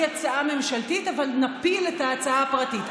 הצעה ממשלתית אבל נפיל את ההצעה הפרטית.